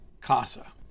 CASA